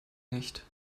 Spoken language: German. nicht